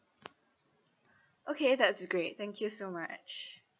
okay that's great thank you so much